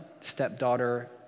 stepdaughter